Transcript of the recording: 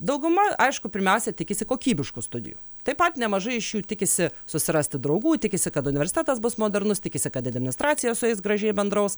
dauguma aišku pirmiausia tikisi kokybiškų studijų taip pat nemažai iš jų tikisi susirasti draugų tikisi kad universitetas bus modernus tikisi kad administracija su jais gražiai bendraus